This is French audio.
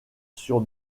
sur